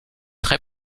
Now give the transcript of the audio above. très